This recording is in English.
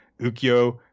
Ukyo